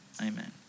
Amen